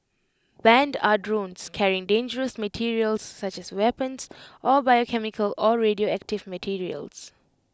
banned are drones carrying dangerous materials such as weapons or biochemical or radioactive materials